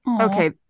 Okay